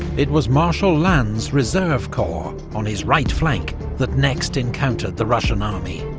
it was marshal lannes' reserve corps, on his right flank, that next encountered the russian army,